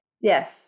yes